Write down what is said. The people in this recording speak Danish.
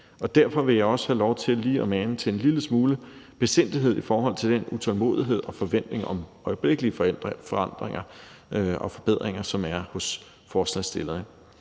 sig. Derfor vil jeg også have lov til at mane til en lille smule besindighed i forhold til den utålmodighed og forventning om øjeblikkelige forandringer og forbedringer, som er hos forslagsstillerne.